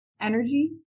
energy